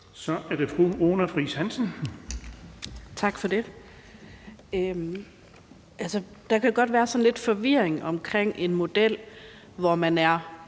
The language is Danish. Kl. 15:18 Runa Friis Hansen (EL): Tak for det. Der kan godt være sådan lidt forvirring omkring en model, hvor man er